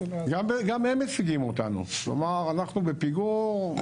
גם הם משיגים אותנו, כלומר אנחנו בפיגור.